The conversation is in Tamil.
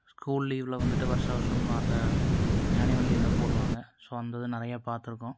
ஸ்கூல் லீவில் வந்துவிட்டு வருஷா வர்ஷம் அந்த ஆனிவல் லீவில் போடுவாங்க ஸோ அந்த இது நிறையா பாத்திருக்கோம்